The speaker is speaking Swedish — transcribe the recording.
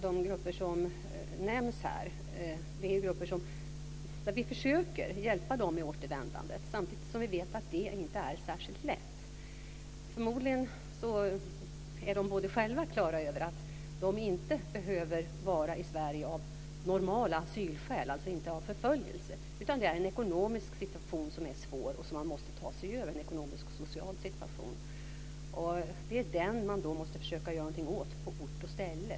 De grupper som nämns här har vi försökt hjälpa med återvändandet, samtidigt som vi vet att det inte är särskilt lätt. Förmodligen är de själva klara över att de inte behöver vistas i Sverige av normala asylskäl, alltså inte på grund av förföljelse, utan det är deras ekonomiska och sociala situation som är svår och som de måste ta sig ur. Det är då den som man måste försöka att göra någonting åt på ort och ställe.